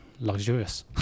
Luxurious